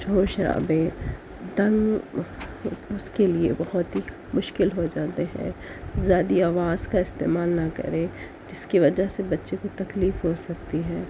شور شرابے اس کے لئے بہت ہی مشکل ہوجاتے ہیں زیادہ آواز کا استعمال نہ کرے جس کی وجہ سے بچے کو تکلیف ہو سکتی ہے